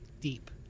deep